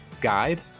guide